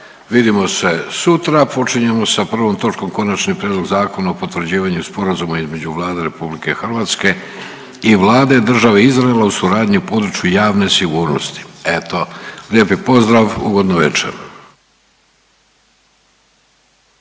Vidimo se sutra. Počinjemo sa prvom točkom Konačni prijedlog zakona o potvrđivanju Sporazuma između Vlada Republike Hrvatske i Vlade države Izraela u suradnji u području javne sigurnosti. Eto lijepi pozdrav! Ugodnu večer!